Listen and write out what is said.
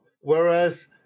whereas